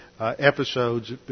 episodes